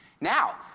Now